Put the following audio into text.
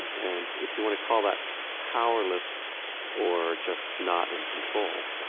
and if you want to call that powerless or just not in control,